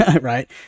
right